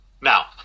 Now